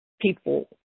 people